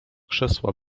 krzesła